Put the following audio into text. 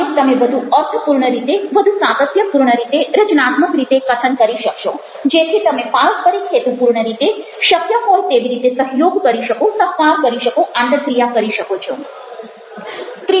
અને તમે વધુ અર્થપૂર્ણ રીતેવધુ સાતત્યપૂર્ણ રીતે રચનાત્મક રીતે કથન કરી શકશો જેથી તમે પારસ્પરિક હેતુપૂર્ણ રીતે શક્ય હોય તેવી રીતે સહયોગ કરી શકો સહકાર કરી શકો આંતરક્રિયા કરી શકો છો